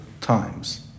times